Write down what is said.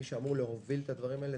מי שאמור להוביל את הדברים האלה